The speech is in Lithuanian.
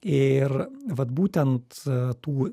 ir vat būtent tų